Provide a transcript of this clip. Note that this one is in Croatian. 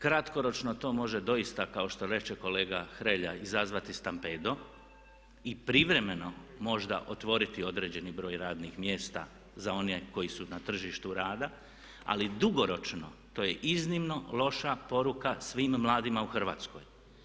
Kratkoročno to može doista kao što reče kolega Hrelja izazvati stampedo i privremeno možda otvoriti određeni broj radnih mjesta za one koji su na tržištu rada ali dugoročno to je iznimno loša poruka svim mladima u Hrvatskoj.